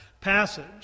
passage